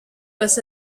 was